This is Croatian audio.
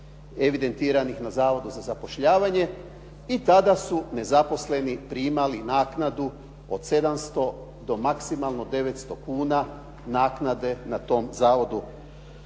evidentiranih na Zavodu za zapošljavanje i tada su nezaposleni primali naknadu od 700 do maksimalno 900 kuna naknade na tom Zavodu